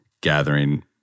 gathering